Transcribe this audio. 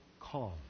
calm